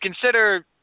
consider